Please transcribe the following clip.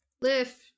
lift